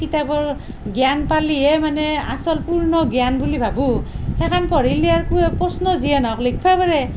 কিতাপৰ জ্ঞান পালিহে মানে আচল পূৰ্ণ জ্ঞান বুলি ভাৱোঁ সেখান পঢ়িলে আৰু প্ৰশ্ন যিয়ে নাহক লিখবা পাৰে